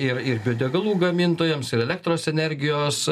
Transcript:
ir ir bio degalų gamintojams ir elektros energijos